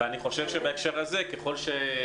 אני חושב שזאת קריאה שיכולה לבוא מהוועדה.